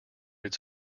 its